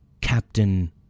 Captain